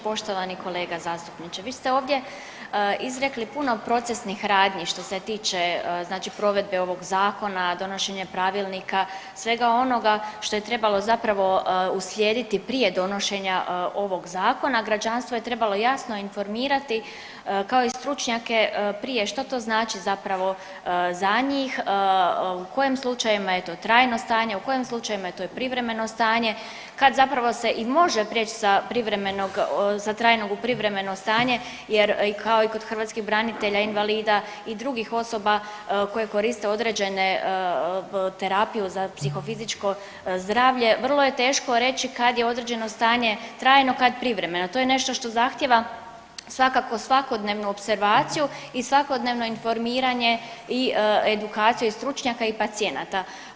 Poštovani kolega zastupniče, vi ste ovdje izrekli puno procesnih radnji što se tiče znači provedbe ovog zakona, donošenje pravilnika, svega onoga što je trebalo zapravo uslijediti prije donošenja ovog zakona, građanstvo je trebalo jasno informirati, kao i stručnjake prije što to znači zapravo za njih, u kojim slučajevima je to trajno stanje, u kojim slučajevima je to privremeno stanje, kad zapravo se i može prijeć sa privremenog, sa trajnog u privremeno stanje jer i kao kod hrvatskih branitelja, invalida i drugih osoba koje koriste određene terapiju za psihofizičko zdravlje vrlo je teško reći kad je određeno stanje trajno, kad privremeno, to je nešto što zahtjeva svakako svakodnevnu opservaciju i svakodnevno informiranje i edukaciju i stručnjaka i pacijenata.